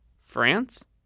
France